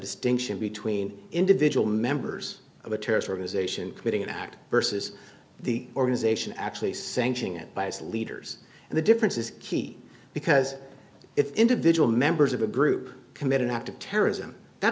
distinction between individual members of a terrorist organization committing an act versus the organization actually sanctioning it by its leaders and the difference is key because if individual members of a group commit an act of terrorism that